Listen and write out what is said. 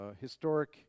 historic